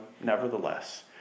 nevertheless